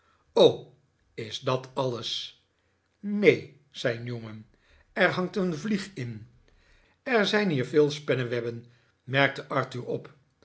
is dat alles neen zei newman er hangt een vlieg in er zijn hier veel spinnewebben merkte arthur op